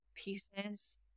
pieces